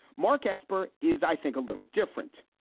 mark esper is, i think, a little different.